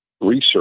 research